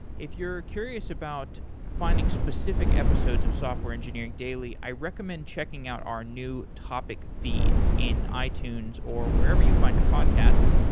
if you're curious about finding specific episodes of software engineering daily, i recommend checking out our new topic feeds in itunes or wherever you find your podcast.